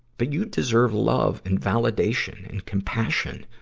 but you deserve love and validation and compassion.